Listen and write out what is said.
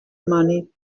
money